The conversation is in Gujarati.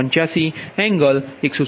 885 એંગલ 116